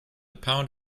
pound